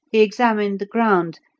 examined the ground,